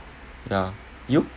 ya you